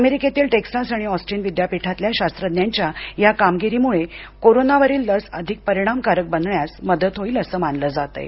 अमेरिकेतील टेक्सास आणि ऑस्टिन विद्यापीठांतील शास्त्रज्ञाच्या या कामगिरीमुळे कोरोनावरील लस अधिक परिणामकारक बनवण्यास मदात होईल अस मानल जातय